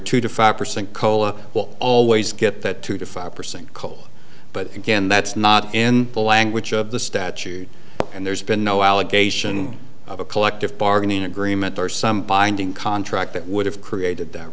two to five percent cola will always get that two to five percent call but again that's not in the language of the statute and there's been no allegation of a collective bargaining agreement or some binding contract that would have created that